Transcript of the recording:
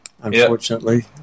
unfortunately